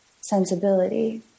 sensibility